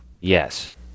Yes